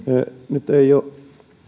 nyt ei ole